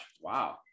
wow